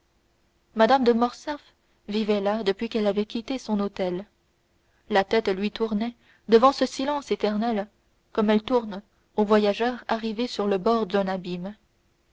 mme de morcerf vivait là depuis qu'elle avait quitté son hôtel la tête lui tournait devant ce silence éternel comme elle tourne au voyageur arrivé sur le bord d'un abîme